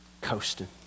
Coasting